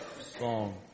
song